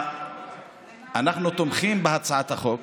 אנחנו תומכים בהצעת החוק.